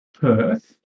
Perth